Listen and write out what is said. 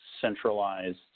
centralized